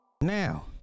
Now